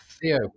Theo